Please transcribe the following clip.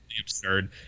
absurd